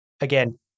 again